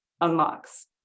unlocks